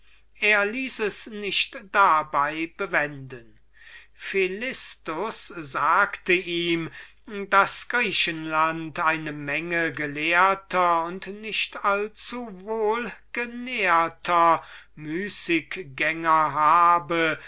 er ließ es nicht dabei bewenden philistus sagte ihm daß griechenland eine menge von spekulativen müßiggängern habe